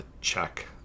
check